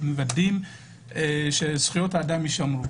ומוודאים שזכויות האדם יישמרו.